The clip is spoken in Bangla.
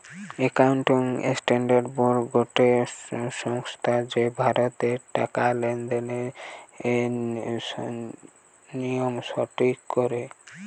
একাউন্টিং স্ট্যান্ডার্ড বোর্ড গটে সংস্থা যে ভারতের টাকা লেনদেনের নিয়ম ঠিক করে